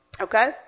okay